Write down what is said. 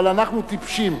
אבל אנחנו טיפשים,